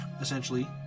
essentially